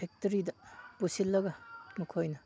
ꯐꯦꯛꯇꯔꯤꯗ ꯄꯨꯁꯤꯜꯂꯒ ꯃꯈꯣꯏꯅ